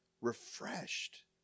refreshed